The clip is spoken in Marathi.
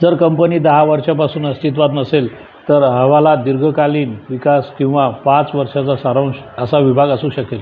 जर कंपनी दहा वर्षापासून अस्तित्वात नसेल तर अहवालात दीर्घकालीन विकास किंवा पाच वर्षांचा सारांश असा विभाग असू शकेल